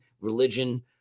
religion